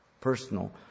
personal